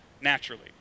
naturally